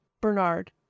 Bernard